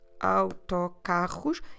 autocarros